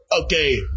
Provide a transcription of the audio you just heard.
Okay